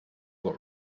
what